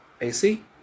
AC